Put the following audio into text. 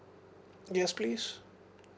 yes please